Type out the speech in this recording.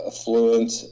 affluent